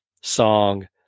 song